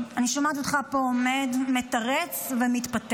אני שומעת אותך פה עומד מתרץ ומתפתל.